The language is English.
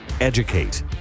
educate